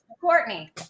Courtney